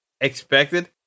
expected